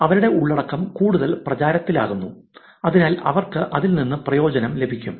അവരുടെ ഉള്ളടക്കം കൂടുതൽ പ്രചാരത്തിലാകുന്നു അതിനാൽ അവർക്ക് അതിൽ നിന്ന് പ്രയോജനം ലഭിക്കും